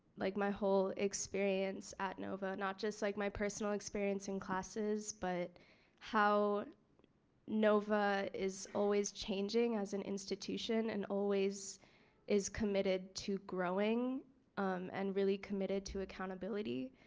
like my whole experience at nova not just like my personal experience in classes but how nova is always changing as an institution and always is committed to growing um and really committed to accountability.